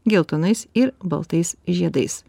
geltonais ir baltais žiedais